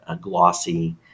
glossy